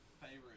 favorite